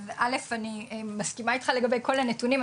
אז אני מסכימה איתך לגבי כל הנתונים,